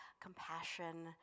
compassion